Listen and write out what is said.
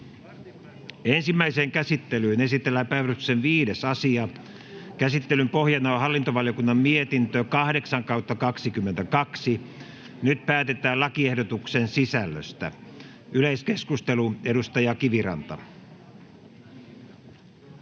Ensimmäiseen käsittelyyn esitellään päiväjärjestyksen 5. asia. Käsittelyn pohjana on hallintovaliokunnan mietintö HaVM 8/2022 vp. Nyt päätetään lakiehdotuksen sisällöstä. Yleiskeskustelu, edustaja Kiviranta.